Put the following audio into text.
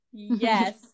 Yes